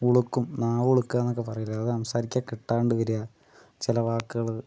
ഉളുക്കും നാവുളുക്കുകയെന്നൊക്കെ പറയില്ലേ അത് സംസാരിക്കാൻ കിട്ടാണ്ട് വരിക ചില വാക്കുകൾ